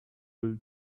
will